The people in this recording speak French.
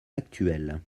actuel